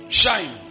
shine